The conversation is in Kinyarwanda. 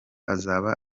azaba